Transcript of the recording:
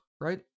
right